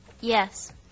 Yes